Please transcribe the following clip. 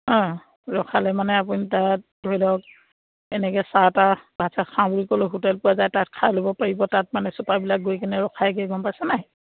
অঁ ৰখালে মানে আপুনি তাত ধৰি লওক এনেকৈ চাহ টাত ভাত চাত খাওঁ বুলি ক'লেও হোটেল পোৱা যায় তাত খাই ল'ব পাৰিব তাত মানে ছুপাৰবিলাক গৈ কিনে ৰখাইগৈ গম পাইছে নাই